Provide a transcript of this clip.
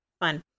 fun